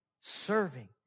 Serving